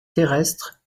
terrestre